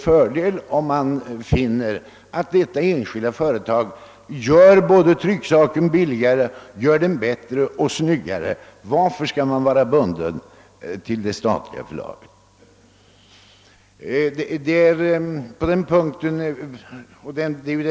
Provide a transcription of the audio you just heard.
Beställarna kan vända sig till enskilda företag, om de finner att dessa framställer trycksakerna billigare, bättre och snyggare. Varför skulle myndigheterna under sådana förhållanden vara bundna till det statliga förlaget?